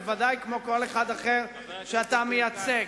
בוודאי כמו כל אחד אחר שאתה מייצג,